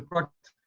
project.